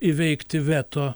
įveikti veto